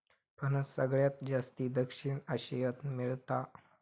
फणस सगळ्यात जास्ती दक्षिण आशियात मेळता